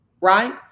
Right